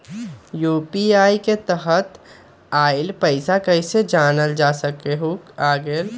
UPI के तहत आइल पैसा कईसे जानल जा सकहु की आ गेल?